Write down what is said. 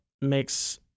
makes